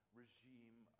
regime